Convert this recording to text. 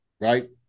right